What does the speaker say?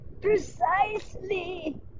Precisely